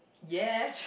yes